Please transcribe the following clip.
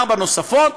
ארבע נוספות,